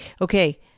okay